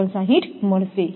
2859 મળશે